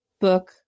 book